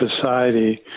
society